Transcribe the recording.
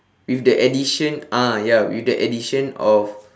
with the addition ah ya with the addition of